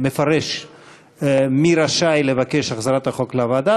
מפרש מי רשאי לבקש החזרת חוק לוועדה.